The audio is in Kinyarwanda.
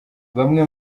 bamwe